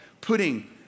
putting